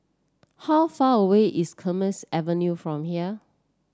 how far away is Kismis Avenue from here